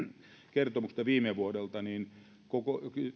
kertomuksesta viime vuodelta kun